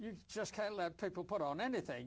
you just can't let people put on anything